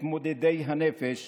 מתמודדי הנפש